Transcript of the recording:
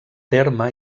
terme